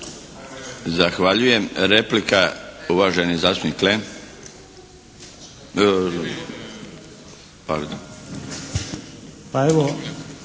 Zahvaljujem. Replika, uvaženi zastupnik Klem. Replika,